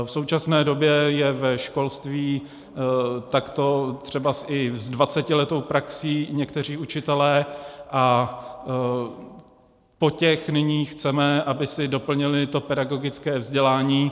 V současné době jsou ve školství takto třeba i s dvacetiletou praxí učitelé a po těch nyní chceme, aby si doplnili do pedagogické vzdělání.